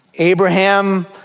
Abraham